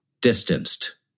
distanced